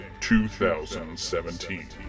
2017